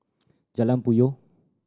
Jalan Puyoh